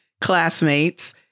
classmates